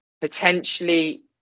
potentially